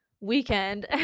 weekend